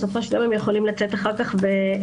בסופו של דבר הם יכולים לצאת אחר כך ולהשתקם.